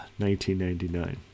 1999